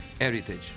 heritage